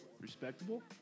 respectable